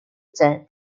church